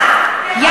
אורן, תכבד בבקשה.